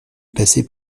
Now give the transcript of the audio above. passer